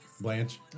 Blanche